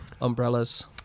umbrellas